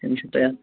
أمِس چھُ تَتٮ۪ن